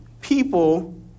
people